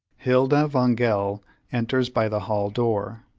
hilda wangel enters by the hall door.